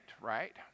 right